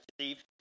Steve